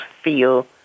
feel